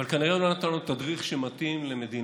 אבל כנראה הוא לא נתן לו תדריך שמתאים למדינה